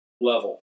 level